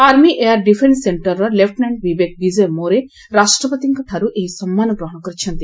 army air defence ସେକ୍କର୍ର ଲେଫ୍ଟନାକ୍ଷ୍ ବିବେକ ବିଜୟ ମୋରେ ରାଷ୍ଟ୍ରପତିଙ୍କଠାରୁ ଏହି ସମ୍ମାନ ଗ୍ରହଣ କରିଛନ୍ତି